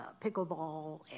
pickleball